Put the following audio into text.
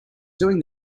doing